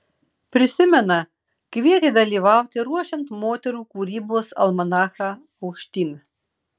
prisimena kvietė dalyvauti ruošiant moterų kūrybos almanachą aukštyn